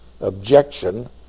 objection